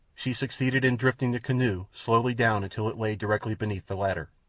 she succeeded in drifting the canoe slowly down until it lay directly beneath the ladder.